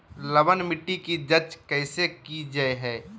लवन मिट्टी की जच कैसे की जय है?